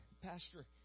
Pastor